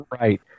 Right